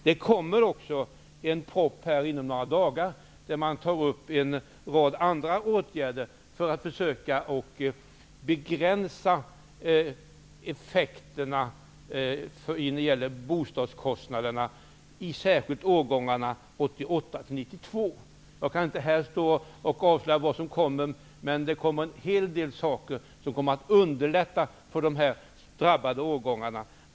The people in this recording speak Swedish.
Inom några dagar kommer en proposition där man tar upp en rad andra åtgärder för att försöka begränsa effekterna när det gäller bostadskostnaderna framför allt för årgångarna 1988--1992. Jag kan inte stå här och avslöja vad som kommer, men det är fråga om en hel del åtgärder som kommer att underlätta för de drabbade årgångarna.